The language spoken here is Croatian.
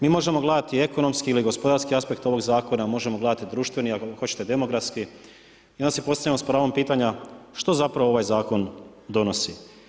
Mi možemo gledati ekonomski ili gospodarski aspekt ovog zakona, možemo gledati društveni, ako hoćete demografski i onda si postavljamo s pravom pitanja što zapravo ovaj zakon donosi.